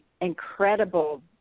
incredible